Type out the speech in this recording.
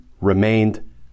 remained